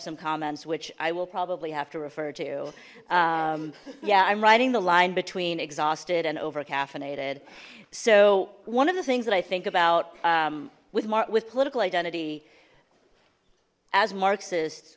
some comments which i will probably have to refer to yeah i'm writing the line between exhausted and over caffeinated so one of the things that i think about with mark with political identity as marxist